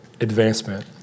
advancement